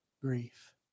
grief